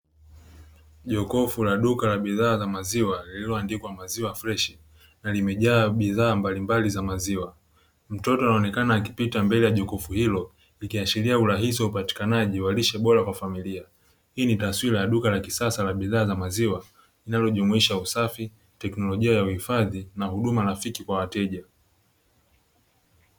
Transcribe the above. Jokofu la duka la bidhaa za maziwa, lilioandikwa maziwa freshi na limejaa bidhaa mbalimbali za maziwa. Mtoto anaonekana akipita mbele ya jokofu hilo, likiashiria urahisi wa upatikanaji wa lishe bora kwa familia. Hii ni taswira ya duka la kisasa la bidhaa za maziwa, linalojumuisha usafi, teknolojia ya uhifadhi na huduma rafiki kwa wateja.